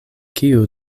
kiu